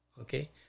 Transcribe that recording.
Okay